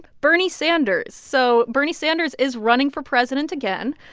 bernie sanders so bernie sanders is running for president again.